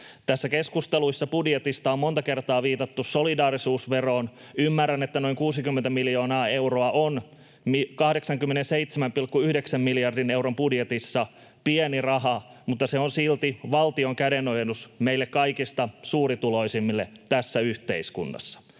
Näissä keskusteluissa budjetista on monta kertaa viitattu solidaarisuusveroon. Ymmärrän, että noin 60 miljoonaa euroa on 87,9 miljardin euron budjetissa pieni raha, mutta se on silti valtion kädenojennus meille kaikista suurituloisimmille tässä yhteiskunnassa.